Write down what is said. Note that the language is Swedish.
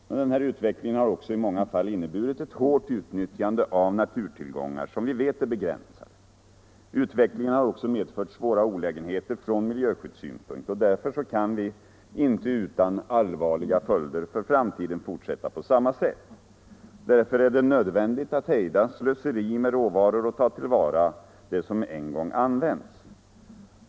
Men den här utvecklingen har också i många fall inneburit ett hårt utnyttjande av naturtillgångar som vi vet är begränsade. Utvecklingen har också medfört svåra olägenheter från miljösynpunkt. Därför kan vi inte utan allvarliga följder för framtiden få fortsätta på samma sätt. Därför är det nödvändigt att hejda slöseri med råvaror och ta till vara det som en gång använts.